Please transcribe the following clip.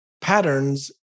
patterns